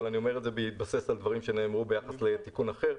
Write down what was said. אני אומר את זה בהתבסס על דברים שנאמרו ביחס לתיקון אחר,